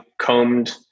combed